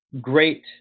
great